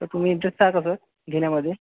तर तुम्ही इंटरेस्ट आहात का सर घेण्यामध्ये